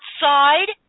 Outside